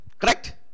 Correct